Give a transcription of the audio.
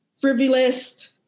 frivolous